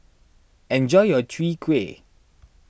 enjoy your Chwee Kueh